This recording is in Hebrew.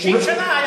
90 שנה היה כבוש.